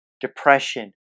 depression